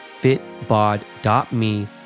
fitbod.me